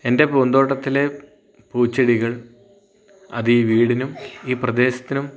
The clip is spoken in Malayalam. എൻ്റെ പൂന്തോട്ടത്തിലെ പൂച്ചെടികൾ അത് ഈ വീടിനും ഈ പ്രദേശത്തിനും